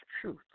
truth